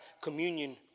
communion